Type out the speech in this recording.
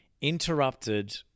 interrupted